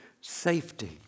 safety